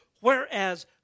Whereas